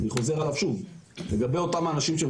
אני חוזר עליו שוב: לגבי אותם אנשים שהם